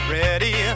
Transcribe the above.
ready